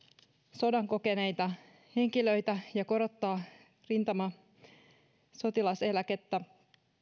sodan kokeneita henkilöitä ja korottaa rintamasotilaseläkettä